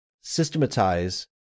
systematize